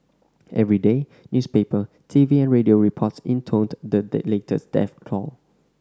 every day newspaper T V and radio reports intoned the latest death toll